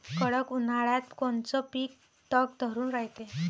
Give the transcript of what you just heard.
कडक उन्हाळ्यात कोनचं पिकं तग धरून रायते?